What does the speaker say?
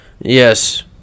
Yes